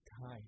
time